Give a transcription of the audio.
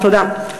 תודה.